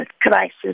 crisis